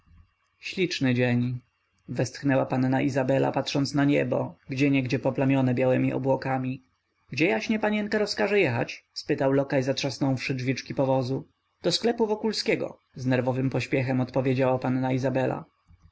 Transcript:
śliczny dzień westchnęła panna izabela patrząc na niebo gdzieniegdzie poplamione białemi obłokami gdzie jaśnie panienka rozkaże jechać spytał lokaj zatrzasnąwszy drzwiczki powozu do sklepu wokulskiego z nerwowym pośpiechem odpowiedziała panna izabela